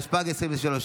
התשפ"ג 2023,